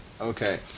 Okay